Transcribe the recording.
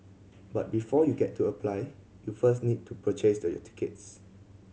but before you get to apply you first need to purchased your tickets